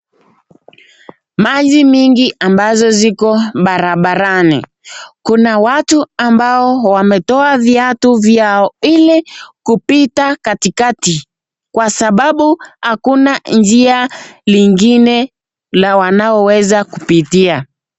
Maji mingi ambazo ziko barabarani kuna watu ambao wametoa viatu vyao ili kupita katikati kwa sababu hakuna njia lingine la wanaoweza kupitia.